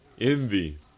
envy